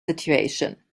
situation